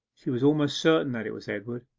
she was almost certain that it was edward.